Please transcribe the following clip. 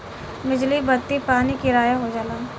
बिजली बत्ती पानी किराया हो जाला